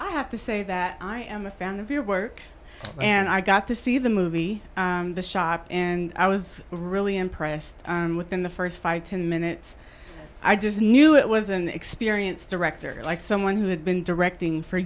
i have to say that i am a fan of your work and i got to see the movie the shop and i was really impressed with in the first fight in minutes i just knew it was an experienced director like someone who had been directing for